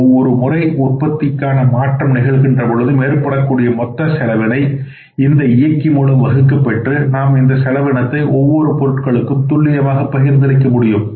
ஒவ்வொரு முறை உற்பத்திக்கான மாற்றம் நிகழ்கின்ற பொழுதும் ஏற்படக்கூடிய மொத்த செலவினை இந்த இயக்கி மூலம் வகுக்கப் பெற்று நாம் இந்த செலவினத்தை ஒவ்வொரு பொருட்களுக்கும் துல்லியமாக பகிர்ந்தளிக்க முடியும்